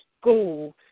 school